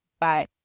Bye